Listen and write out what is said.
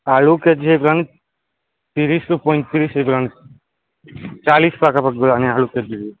ଆଳୁ କେଜି ହୋଇଗଲାଣି ତିରିଶରୁ ପଇଁତିରିଶ ହୋଇଗଲାଣି ଚାଳିଶ ପାଖାପାଖି ଗଲାଣି ଆଳୁ କେଜି